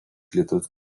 lietaus